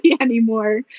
anymore